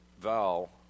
Val